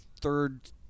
third